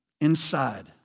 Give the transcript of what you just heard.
Inside